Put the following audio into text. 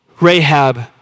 Rahab